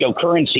cryptocurrency